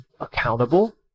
accountable